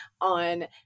on